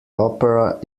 opera